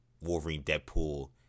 Wolverine-Deadpool